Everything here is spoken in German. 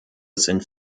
sind